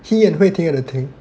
he and Hui Ting had a thing